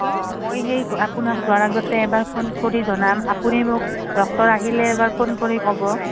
অঁ মই সেই আপোনাক যোৱাৰ আগতে এবাৰ ফোন কৰি জনাম আপুনি মোক ডক্তৰ আহিলে এবাৰ ফোন কৰি ক'ব